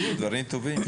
יש שם דברים טובים.